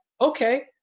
okay